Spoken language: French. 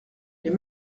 les